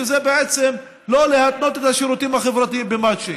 שזה בעצם לא להתנות את השירותים החברתיים במצ'ינג?